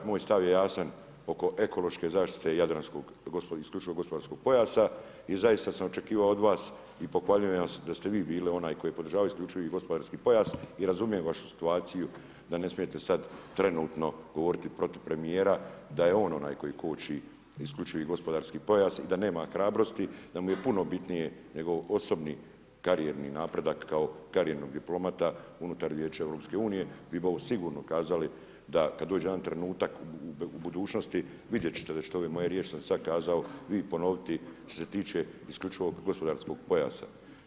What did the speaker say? Moj stav je jasan oko ekološke zaštite jadranskog, isključivo gospodarskog pojasa i zaista sam očekivao od vas i pohvaljujem vas da ste vi bili onaj koji je podržavao isključivi gospodarski pojas i razumijem vašu situaciju da ne smijete sad trenutno govoriti protiv premijera da je on onaj koji koči isključivi gospodarski pojas i da nema hrabrosti, da mu je puno bitniji njegov osobni karijerni napredak kao karijernog diplomata unutar Vijeća Europske unije bi ovo sigurno kazali, da kad dođe jedan trenutak u budućnosti vidjet ćete da ćete ove moje riječi što sam kazao vi ponoviti što se tiče isključivog gospodarskog pojasa.